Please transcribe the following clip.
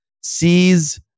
sees